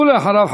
ואחריו,